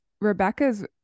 Rebecca's